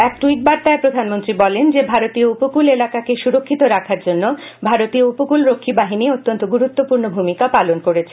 এক টুইট বার্তায় প্রধানমন্ত্রী বলেন যে ভারতীয় উপকূল এলাকাকে সুরষ্কিত রাখার জন্য ভারতীয় উপকূল রফী বাহিনী অত্যন্ত গুরুত্বপূর্ণ ভূমিকা পালন করেছে